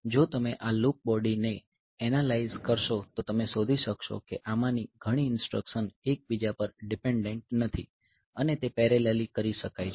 જો તમે આ લૂપ બોડીને એનાલાઈઝ કરશો તો તમે શોધી શકશો કે આમાંની ઘણી ઇન્સટ્રકશન એકબીજા પર ડિપેન્ડન્ટ નથી અને તે પેરેલલી કરી શકાય છે